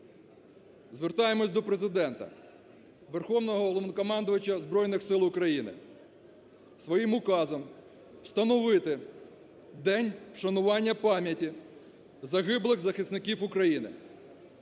Звертаємось до Президента Верховного Головнокомандувача Збройних Сил України своїм указом встановити День вшанування пам'яті загиблих захисників України.